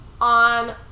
on